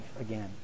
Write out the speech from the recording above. again